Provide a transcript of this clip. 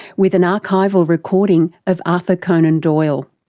with an archival recording of arthur conan doyle.